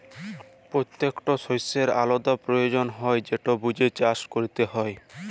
পত্যেকট শস্যের আলদা পিরয়োজন হ্যয় যেট বুঝে চাষট ক্যরতে হয়